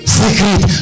secret